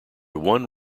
one